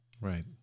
Right